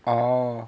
orh